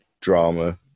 drama